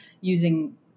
using